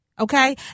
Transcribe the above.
Okay